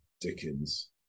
Dickens